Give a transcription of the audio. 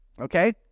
Okay